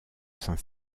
saint